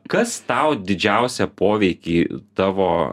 kas tau didžiausią poveikį tavo